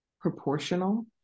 proportional